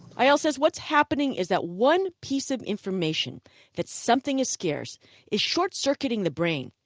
eyal said what's happening is that one piece of information that something is scarce is short-circuiting the brain.